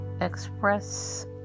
express